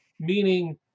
meaning